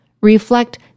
reflect